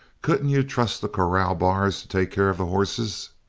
couldn't you trust the corral bars to take care of the horses?